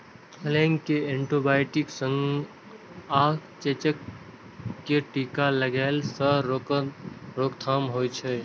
plague कें antibiotic सं आ चेचक कें टीका लगेला सं रोकथाम होइ छै